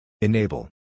Enable